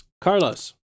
Carlos